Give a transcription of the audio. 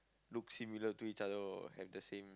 look similar to each other or have the same